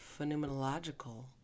phenomenological